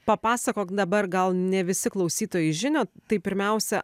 papasakok dabar gal ne visi klausytojai žino tai pirmiausia